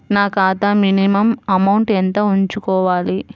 నా ఖాతా minimum amount ఎంత ఉంచుకోవాలి?